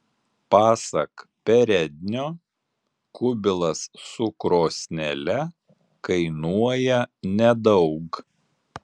pasak perednio kubilas su krosnele kainuoja nedaug